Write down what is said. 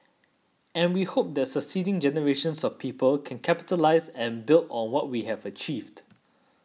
and we hope that succeeding generations of people can capitalise and build on what we have achieved